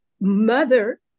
mother